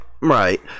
Right